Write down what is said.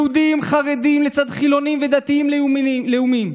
יהודים חרדים לצד חילונים ודתיים לאומיים,